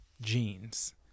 genes